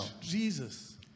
Jesus